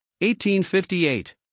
1858